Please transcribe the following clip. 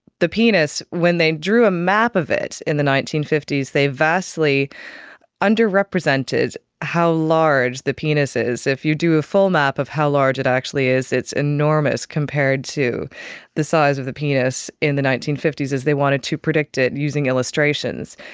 the penis when they drew a map of it in the nineteen fifty s, they vastly underrepresented how large the penis is. if you do a full map of how large it actually is, it's enormous compared to the size of the penis in the nineteen fifty s as they wanted to predict it using illustrations,